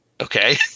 Okay